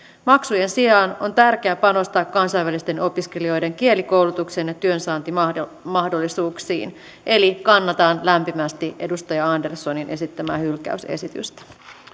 maksujen sijaan on tärkeää panostaa kansainvälisten opiskelijoiden kielikoulutukseen ja työnsaantimahdollisuuksiin eli kannatan lämpimästi edustaja anderssonin esittämää hylkäysesitystä